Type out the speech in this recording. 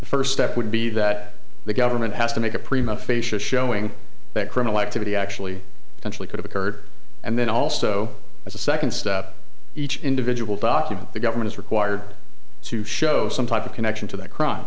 the first step would be that the government has to make a prima facia showing that criminal activity actually eventually could have occurred and then also as a second step each individual document the government is required to show some type of connection to that cr